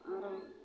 आओर